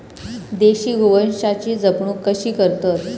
देशी गोवंशाची जपणूक कशी करतत?